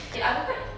okay I'm quite